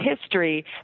history